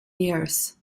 years